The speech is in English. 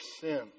sin